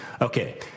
Okay